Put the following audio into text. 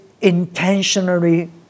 intentionally